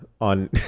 on